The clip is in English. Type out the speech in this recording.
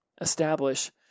establish